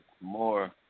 more